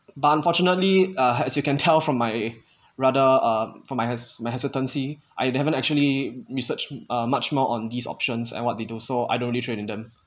but unfortunately uh as you can tell from my rather uh for my hes~ my hesitancy I haven't actually researched uh much more on these options and what they do so I don't really trade in them